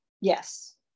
yes